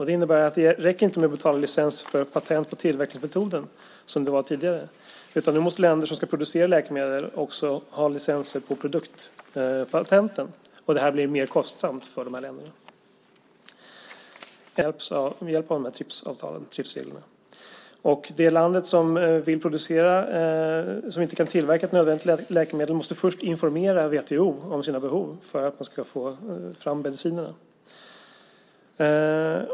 Det innebär att det inte räcker med att betala licens för patent på tillverkningsmetoden, som det var tidigare, utan nu måste länder som ska producera läkemedel också ha licenser på produktpatenten, och det blir mer kostsamt för dessa länder. En annan orsak är att det är väldigt krångliga regler i processen för att skaffa billiga läkemedel med hjälp av de här TRIPS-reglerna. Det land som inte kan tillverka ett nödvändigt läkemedel måste först informera WTO om sina behov för att man ska få fram medicinerna.